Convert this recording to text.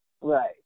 Right